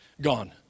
Gone